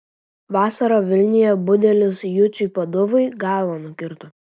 vasarą vilniuje budelis juciui paduvai galvą nukirto